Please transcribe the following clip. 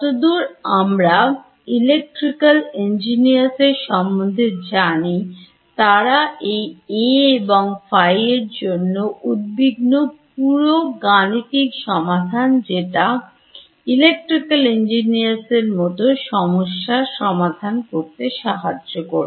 যতদূর আমরা Electrical Engineers এর সম্বন্ধে জানি তারা এই A এবং phi এরজন্য উদ্বিগ্ন পুরো গাণিতিক সমাধান যেটা Electrical Engineers দের মত সমস্যা সমাধান করতে সাহায্য করে